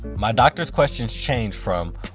my doctor's questions change from,